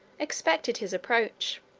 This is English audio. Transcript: expected his approach.